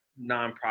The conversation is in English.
nonprofit